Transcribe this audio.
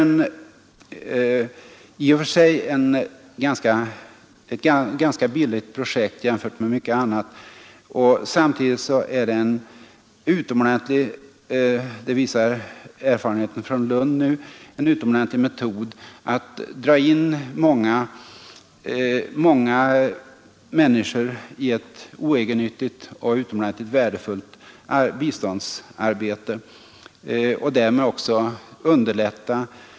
I och för sig är detta ett ganska billigt projekt jämfört med mycket annat. Samtidigt är det en utomordentlig metod att dra in många människor i ett oegennyttigt och utomordentligt värdefullt biståndsarbete, vilket visas av erfarenheterna från Lund.